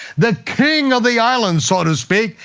the king of the island, so to speak,